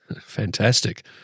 Fantastic